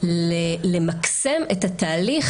למקסם את התהליך,